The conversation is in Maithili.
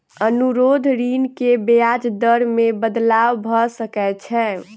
अनुरोध ऋण के ब्याज दर मे बदलाव भ सकै छै